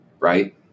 Right